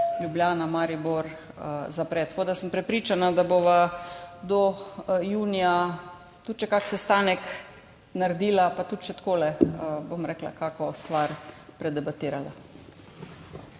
Ljubljana–Maribor zapre. Sem prepričana, da bova do junija tudi še kakšen sestanek naredila pa tudi še takole kakšno stvar predebatirala.